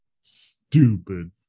stupid